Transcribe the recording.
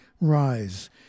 Rise